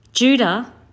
Judah